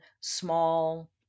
small